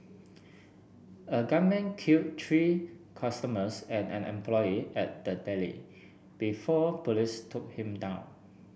a gunman killed three customers and an employee at the Deli before police took him down